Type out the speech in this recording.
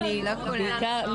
למילואימניקיות.